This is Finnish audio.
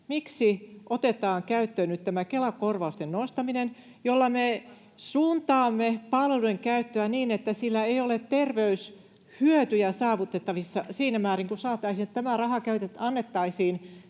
miksi otetaan käyttöön nyt tämä Kela-korvausten nostaminen, jolla me suuntaamme palvelujen käyttöä niin, että sillä ei ole terveyshyötyjä saavutettavissa siinä määrin kuin saataisiin, jos tämä raha annettaisiin